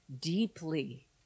deeply